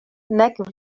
nek